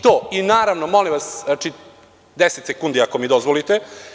I to, i naravno, molim vas, znači, deset sekundi ako mi dozvolite.